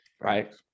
right